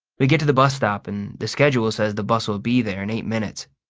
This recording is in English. we get to the bus stop and the schedule says the bus will be there in eight minutes.